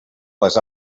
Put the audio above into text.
les